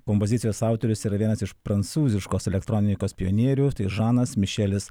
kompozicijos autorius yra vienas iš prancūziškos elektronikos pionierių žanas mišelis